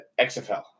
XFL